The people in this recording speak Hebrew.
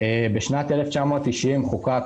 בשנת 1990 חוקק